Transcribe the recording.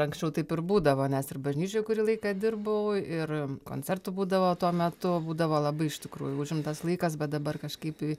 anksčiau taip ir būdavo nes ir bažnyčioj kurį laiką dirbau ir koncertų būdavo tuo metu būdavo labai iš tikrųjų užimtas laikas bet dabar kažkaip į